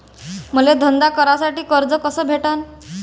मले धंदा करासाठी कर्ज कस भेटन?